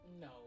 No